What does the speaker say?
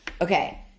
Okay